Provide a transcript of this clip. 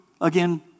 again